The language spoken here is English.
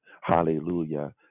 Hallelujah